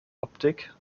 optik